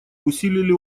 усилили